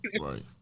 Right